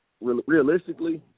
realistically